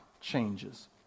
changes